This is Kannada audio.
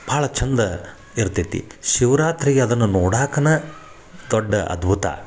ಭಾಳ ಚಂದ ಇರ್ತೇತಿ ಶಿವ್ರಾತ್ರಿಗೆ ಅದನ್ನು ನೋಡಕ್ಕನ ದೊಡ್ಡ ಅದ್ಭುತ